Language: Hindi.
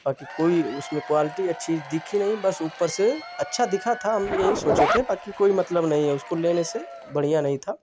बाकी कोई उसमें कुआल्टी अच्छी दिखी नहीं बस ऊपर से अच्छा दिखा था हम यहीं सोचे थे बाकी कोई मतलब नहीं है उसको लेने से बढ़िया नहीं था